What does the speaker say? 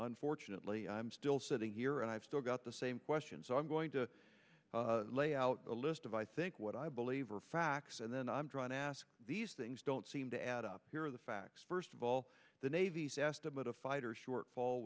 unfortunately i'm still sitting here and i've still got the same questions so i'm going to lay out a list of i think what i believe are facts and then i'm drawn to ask these things don't seem to add up here are the facts first of all the navy's estimate of fighter shortfall